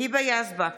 היבה יזבק,